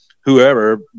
whoever